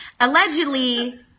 Allegedly